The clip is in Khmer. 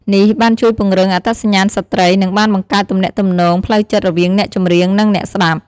នេះបានជួយពង្រឹង អត្តសញ្ញាណស្ត្រី និងបានបង្កើតទំនាក់ទំនងផ្លូវចិត្តរវាងអ្នកចម្រៀង និងអ្នកស្តាប់។